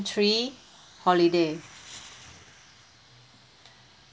three holiday